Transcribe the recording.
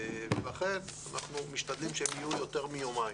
לכן אנחנו משתדלים שהם יהיו יותר מיומיים.